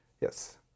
yes